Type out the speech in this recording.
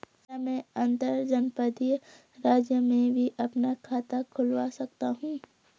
क्या मैं अंतर्जनपदीय राज्य में भी अपना खाता खुलवा सकता हूँ?